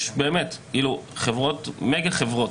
יש באמת חברות, מגה חברות.